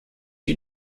you